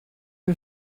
who